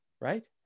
Right